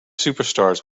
superstars